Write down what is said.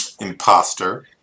Imposter